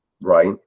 right